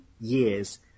years